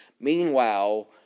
meanwhile